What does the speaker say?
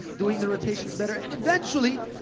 doing the rotations better. and eventually,